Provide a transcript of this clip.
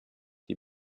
die